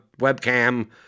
webcam